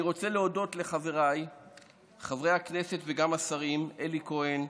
אני רוצה להודות לחבריי חברי הכנסת וגם לשרים אלי כהן,